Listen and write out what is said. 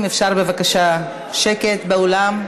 אם אפשר בבקשה שקט באולם.